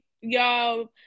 y'all